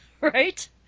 right